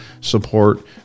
support